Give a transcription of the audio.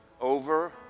over